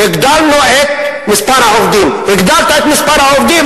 "הגדלנו את מספר העובדים" הגדלת את מספר העובדים,